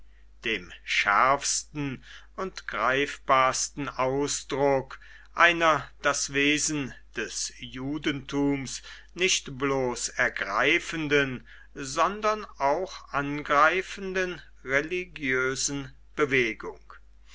dem schärfsten und greifbarsten ausdruck einer das wesen des judentums nicht bloß ergreifenden sondern auch angreifenden religiösen bewegung